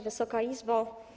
Wysoka izbo!